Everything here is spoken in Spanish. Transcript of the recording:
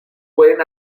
pueden